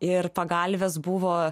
ir pagalvės buvo